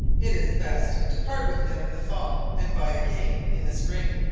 it is best to part with them in the fall and buy again in the spring,